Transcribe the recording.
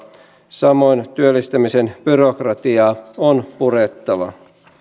samoin työllistämisen byrokratiaa on purettava